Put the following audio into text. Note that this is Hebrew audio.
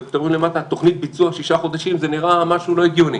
ואתם רואים למטה "תוכנית לביצוע שישה חודשים" זה נראה משהו לא הגיוני.